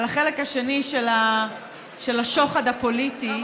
על החלק השני של השוחד הפוליטי,